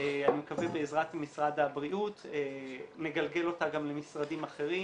אני מקווה בעזרת משרד הבריאות נגלגל אותה גם למשרדים אחרים.